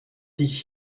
dich